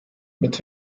mit